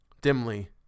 Dimly